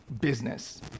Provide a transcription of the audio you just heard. business